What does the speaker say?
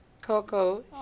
Coco